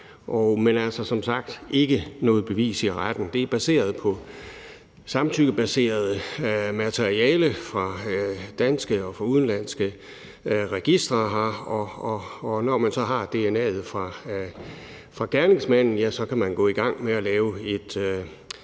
er altså som sagt ikke noget bevis i retten. Det er baseret på samtykkebaseret materiale fra danske og udenlandske registre, og når man så har dna'et fra gerningsmanden, kan man via kirkebøger,